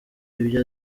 ibyo